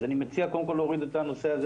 אז אני מציע קודם כל להוריד את הנושא הזה